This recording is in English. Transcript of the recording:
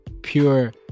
pure